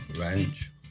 ranch